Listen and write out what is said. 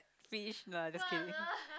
fish no lah joking